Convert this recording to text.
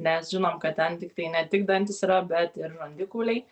nes žinom kad ten tiktai ne tik dantys yra bet ir žandikauliai